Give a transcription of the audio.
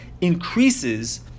increases